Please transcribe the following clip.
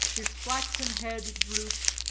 his flaxen head drooped,